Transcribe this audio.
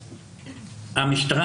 המשטרה,